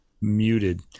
muted